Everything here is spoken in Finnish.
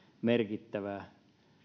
merkittävä